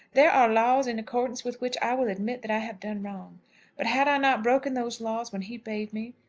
there are laws in accordance with which i will admit that i have done wrong but had i not broken those laws when he bade me,